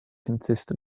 consists